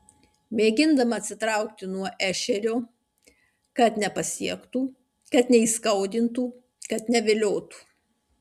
mėgindama atsitraukti nuo ešerio kad nepasiektų kad neįskaudintų kad neviliotų